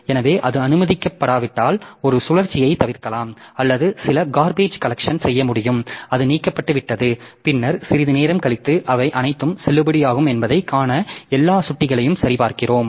எனவே அது அனுமதிக்கப்படாவிட்டால் ஒரு சுழற்சியைத் தவிர்க்கலாம் அல்லது சில கார்பேஜ் கலெக்சன் செய்ய முடியும் அது நீக்கப்பட்டுவிட்டது பின்னர் சிறிது நேரம் கழித்து அவை அனைத்தும் செல்லுபடியாகும் என்பதைக் காண எல்லா சுட்டிகளையும் சரிபார்க்கிறோம்